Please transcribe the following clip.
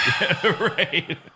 Right